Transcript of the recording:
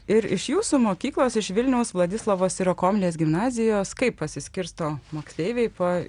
ir iš jūsų mokyklos iš vilniaus vladislavo sirokomlės gimnazijos kaip pasiskirsto moksleiviai po